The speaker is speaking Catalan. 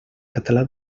català